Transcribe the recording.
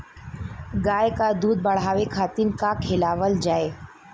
गाय क दूध बढ़ावे खातिन का खेलावल जाय?